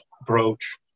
approach